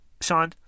Sean